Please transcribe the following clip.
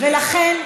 ולכן,